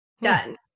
Done